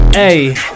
Hey